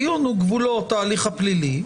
הדיון הוא גבולות ההליך הפלילי.